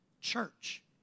church